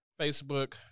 facebook